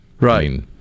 Right